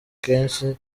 kenshi